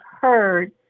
heard